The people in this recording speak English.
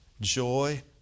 joy